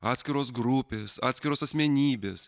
atskiros grupės atskiros asmenybės